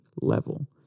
level